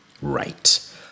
right